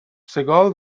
سیگال